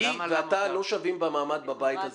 היא ואתה לא שווים במעמד בבית הזה.